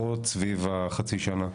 לפחות סביב החצי שנה.